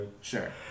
Sure